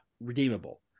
redeemable